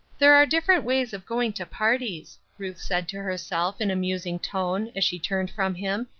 there are different ways of going to parties, ruth said to herself in a musing tone as she turned from him,